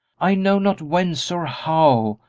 i know not whence or how,